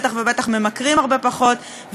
בטח ובטח ממכרים הרבה פחות,